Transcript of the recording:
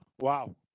wow